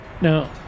Now